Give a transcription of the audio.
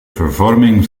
vervorming